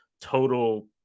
total